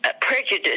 prejudice